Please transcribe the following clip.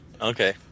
Okay